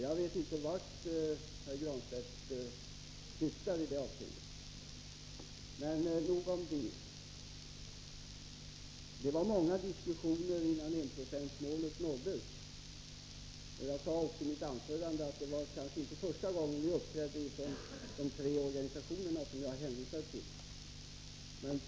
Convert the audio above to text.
Jag vet inte vad Pär Granstedt syftar till i detta avseende. Men nog om detta. Det fördes många diskussioner innan enprocentsmålet nåddes. Jag sade också i mitt anförande att det inte var första gången som vi agerade från de tre organisationer jag hänvisade till.